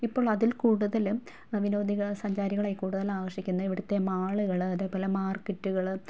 ഇപ്പോൾ അതിൽ കൂട്തലും വിനോദിക സഞ്ചാരികളെ കൂടുതൽ ആകർഷിക്കുന്ന ഇവിടുത്തെ മാള്കൾ അതേപോലെ മാർക്കറ്റ്കൾ